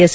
S